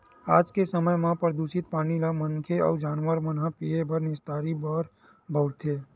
आज के समे म परदूसित पानी ल मनखे अउ जानवर मन ह पीए बर, निस्तारी बर बउरथे